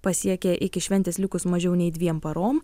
pasiekė iki šventės likus mažiau nei dviem parom